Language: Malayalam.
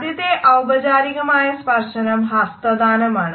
ആദ്യത്തെ ഔപചാരികമായ സ്പർശനം ഹസ്തദാനമാണ്